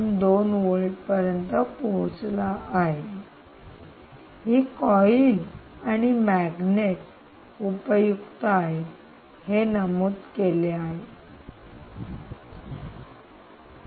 2 volt पर्यंत पोहोचला आहे ही कॉइल आणि मॅग्नेट उपयुक्त आहेत हे नमूद केले आहे चला पुढे जाऊया